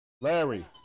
Larry